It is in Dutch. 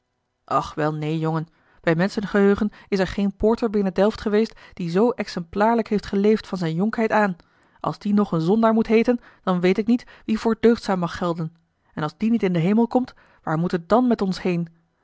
och wel neen jongen bij menschen geheugen is er geen poorter binnen delft geweest die zoo exemplaarlijk heeft geleefd van zijne jonkheid aan als die nog een zondaar moet heeten dan weet ik niet wie voor deugdzaam mag gelden en als die niet in den hemel komt waar moet het dàn met ons heen